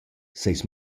seis